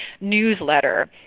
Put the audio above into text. newsletter